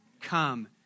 Come